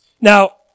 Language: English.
Now